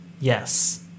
Yes